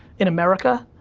in america,